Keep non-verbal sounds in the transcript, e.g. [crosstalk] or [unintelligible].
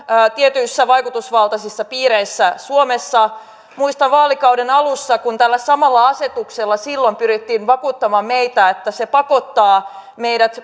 tietyissä vaikutusvaltaisissa piireissä suomessa muistan vaalikauden alussa kun tällä samalla asetuksella silloin pyrittiin vakuuttamaan meitä että se pakottaa meidät [unintelligible]